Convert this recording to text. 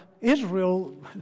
Israel